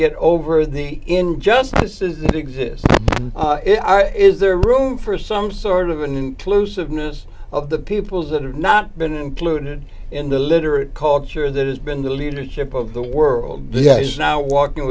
get over the injustices that exist is there room for some sort of an inclusiveness of the peoples that have not been included in the literate culture that has been the leadership of the world that is now walking